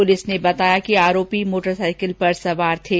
police ने बताया कि आरोपी मोटरसाईकिल पर सवार थे